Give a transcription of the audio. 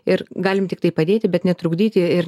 ir galim tiktai padėti bet netrukdyti ir